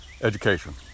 education